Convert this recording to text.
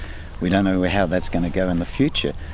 we don't know how that is going to go in the future.